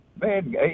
Man